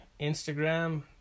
instagram